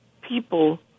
People